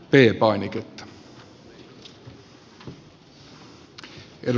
arvoisa herra puhemies